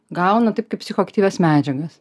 gauna taip kaip psichoaktyvias medžiagas